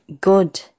good